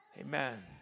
Amen